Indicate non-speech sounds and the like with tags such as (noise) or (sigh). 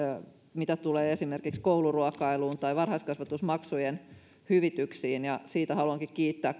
mitä tulee esimerkiksi kouluruokailuun tai varhaiskasvatusmaksujen hyvityksiin ja haluankin kiittää (unintelligible)